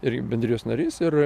irgi bendrijos narys ir